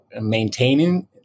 maintaining